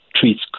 treats